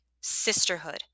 sisterhood